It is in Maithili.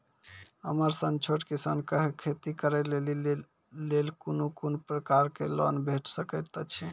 हमर सन छोट किसान कअ खेती करै लेली लेल कून कून प्रकारक लोन भेट सकैत अछि?